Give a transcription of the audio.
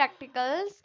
practicals